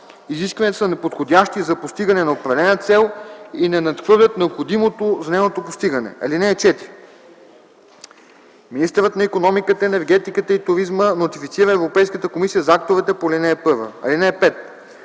изискванията са подходящи за постигане на определена цел и не надхвърлят необходимото за нейното постигане. (4) Министърът на икономиката, енергетиката и туризма нотифицира Европейската комисия за актовете по ал. 1. (5)